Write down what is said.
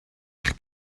eich